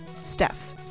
Steph